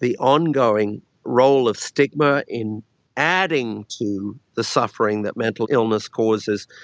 the ongoing role of stigma in adding to the suffering that mental illness causes,